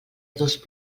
dos